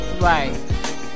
right